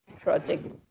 project